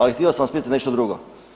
Ali htio sam vas pitat nešto drugo.